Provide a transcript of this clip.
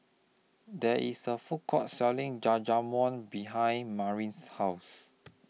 There IS A Food Court Selling Jajangmyeon behind Marin's House